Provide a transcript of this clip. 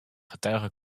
getuige